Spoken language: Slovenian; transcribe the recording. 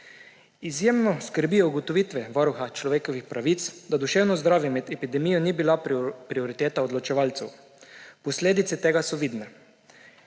Izjemno skrbijo ugotovitve Varuha človekovih pravic, da duševno zdravje med epidemijo ni bila prioriteta odločevalcev. Posledice tega so vidne.